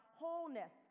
wholeness